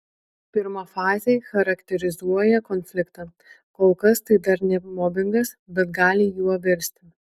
pirma fazė charakterizuoja konfliktą kol kas tai dar ne mobingas bet gali juo virsti